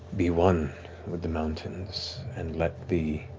be one with the mountains and let the